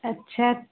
अच्छा